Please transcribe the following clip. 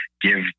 give